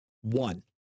One